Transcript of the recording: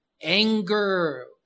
anger